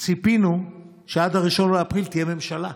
ציפינו שעד 1 באפריל תהיה ממשלה.